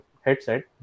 headset